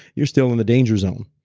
you're still in the danger zone.